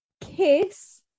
kiss